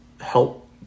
help